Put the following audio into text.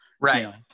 Right